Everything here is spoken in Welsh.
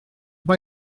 mae